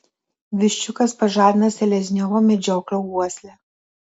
viščiukas pažadina selezniovo medžioklio uoslę